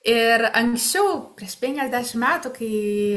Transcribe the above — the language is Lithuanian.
ir anksčiau prieš penkiasdešim metų kai